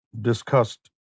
discussed